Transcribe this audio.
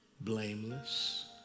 blameless